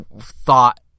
thought